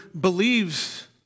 believes